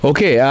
Okay